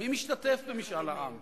מי משתתף במשאל העם?